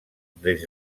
des